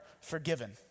forgiven